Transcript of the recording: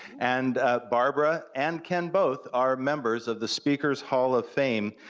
and barbara and ken both are members of the speakers hall of fame.